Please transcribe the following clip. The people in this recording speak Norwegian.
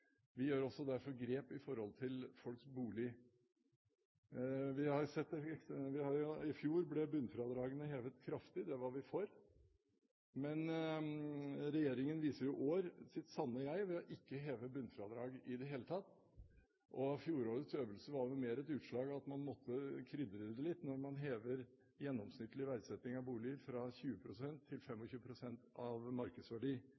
Vi gjør derfor også grep i forhold til folks bolig. I fjor ble bunnfradraget hevet kraftig. Det var vi for. Men regjeringen viser i år sitt sanne jeg ved ikke å heve bunnfradraget i det hele tatt, og fjorårets øvelse var vel mer et utslag av at man måtte krydre det litt når man hever gjennomsnittlig verdsetting av bolig fra 20 pst. til 25 pst. av markedsverdi.